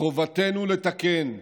חובתנו לתקן,